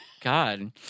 God